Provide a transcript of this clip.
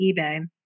eBay